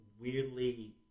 weirdly